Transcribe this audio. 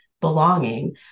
belonging